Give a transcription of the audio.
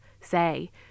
say